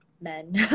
men